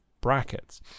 brackets